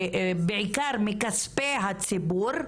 בעיקר מכספי הציבור,